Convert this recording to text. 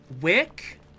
Wick